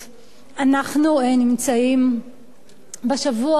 אנחנו נמצאים בשבוע האחרון,